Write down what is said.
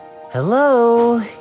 Hello